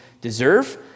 deserve